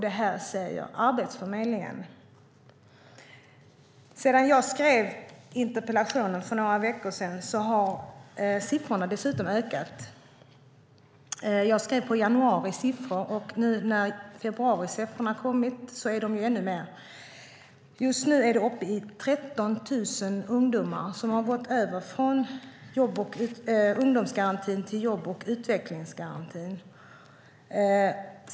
Det här säger Arbetsförmedlingen. Sedan jag skrev interpellationen för några veckor sedan har siffrorna dessutom ökat. Jag använde januaris siffror, men februarisiffrorna är ännu högre. Just nu är det uppe i 13 000 ungdomar som gått över från ungdomsgarantin till jobb och utvecklingsgarantin.